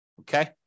Okay